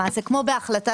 למעשה כמו שבהחלטת